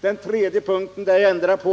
Den tredje punkten gäller en helt